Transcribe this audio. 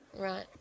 Right